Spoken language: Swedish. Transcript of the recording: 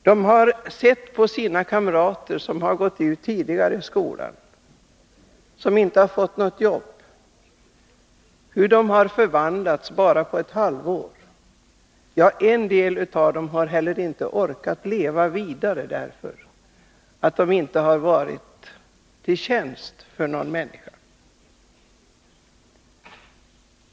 De har sett hur kamrater som gått ut skolan och som inte har fått något jobb har förvandlats bara på ett halvår. En del av dem har inte orkat leva vidare därför att de inte varit till nytta för någon människa.